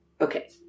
okay